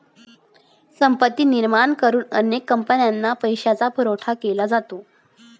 संपत्ती निर्माण करून अनेक कंपन्यांना पैशाचा पुरवठा केला जातो